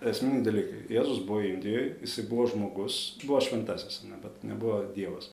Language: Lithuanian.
esminiai dalykai jėzus buvo indijoj jisai buvo žmogus buvo šventasis bet nebuvo dievas